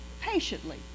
patiently